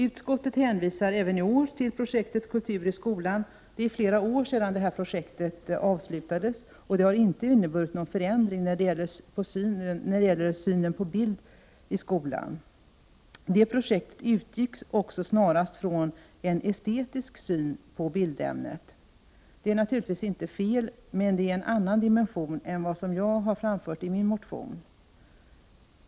Utskottet hänvisar även i år till projektet Kultur i skolan. Det är flera år sedan det projektet avslutades, och det har inte inneburit någon förändring när det gäller synen på ämnet bild i skolan. Det projektet utgick också snarast från en estetisk syn på bildämnet. Det är naturligtvis inte fel, men det är en annan dimension än den jag har framfört i min motion.